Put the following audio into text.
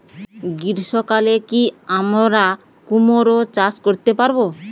গ্রীষ্ম কালে কি আমরা কুমরো চাষ করতে পারবো?